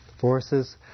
forces